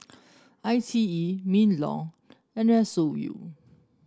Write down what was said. I T E Minlaw and S O U